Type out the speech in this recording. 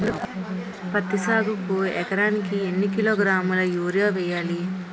పత్తి సాగుకు ఎకరానికి ఎన్నికిలోగ్రాములా యూరియా వెయ్యాలి?